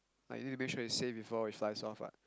like you need to make sure it's safe before it flies off [what]